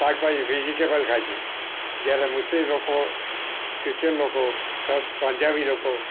શાકભાજી વેજીટેબલ ખાય છે જ્યારે મુસ્લિમ લોકો ક્રિશ્યન લોકો પંજાબી લોકો